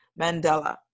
Mandela